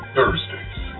Thursdays